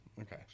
Okay